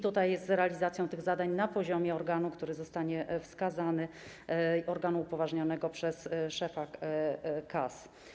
Tutaj realizacja tych zadań jest na poziomie organu, który zostanie wskazany, organu upoważnionego przez szefa KAS.